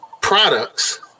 products